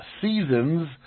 seasons